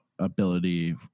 ability